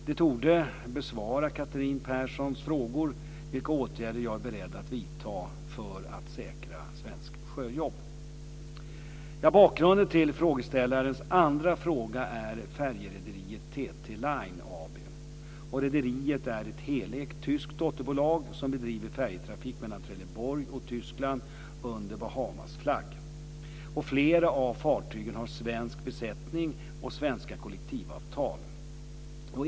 Detta torde besvara Catherine Perssons fråga vilka åtgärder jag är beredd att vidta för att säkra svenska sjöjobb. Bakgrunden till frågeställarens andra fråga är färjerederiet TT-Line AB. Rederiet är ett helägt tyskt dotterbolag som bedriver färjetrafik mellan Trelleborg och Tyskland under Bahamasflagg. Flera av fartygen har svensk besättning och svenska kollektivavtal.